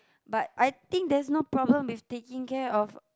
but I think there's no problem with taking care of